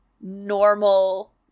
normal